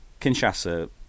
Kinshasa